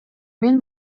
мен